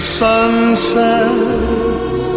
sunsets